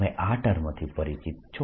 તમે આ ટર્મથી પરિચિત છો